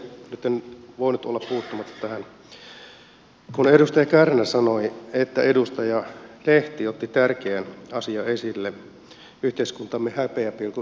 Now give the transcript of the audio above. nyt en voinut olla puuttumatta tähän kun edustaja kärnä sanoi että edustaja lehti otti tärkeän asian esille yhteiskuntamme häpeäpilkun yksinyrittäjät